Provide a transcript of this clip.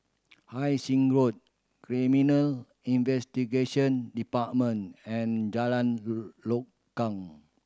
Hai Sing Road Criminal Investigation Department and Jalan Lokam